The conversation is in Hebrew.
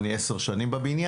אני כבר עשר שנים בבניין,